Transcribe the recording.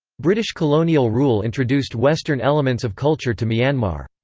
british colonial rule introduced western elements of culture to myanmar.